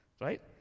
Right